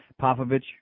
Popovich